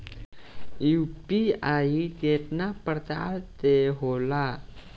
UPI केतना प्रकार के होला?